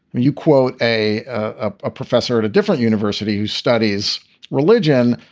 you quote a a professor at a different university who studies religion,